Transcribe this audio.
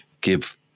give